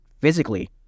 physically